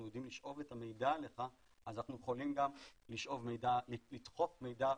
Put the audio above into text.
יודעים לשאוב את המידע עליך אז אנחנו יכולים גם לדחוף מידע,